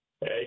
Hey